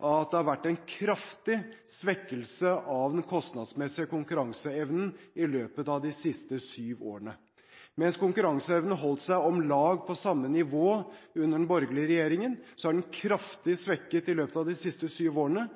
at det har vært en kraftig svekkelse av den kostnadsmessige konkurranseevnen i løpet av de siste syv årene. Mens konkurranseevnen holdt seg om lag på samme nivå under den borgerlige regjeringen, er den kraftig svekket i løpet av de siste syv årene.